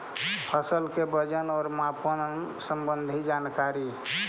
फसल के वजन और मापन संबंधी जनकारी?